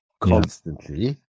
Constantly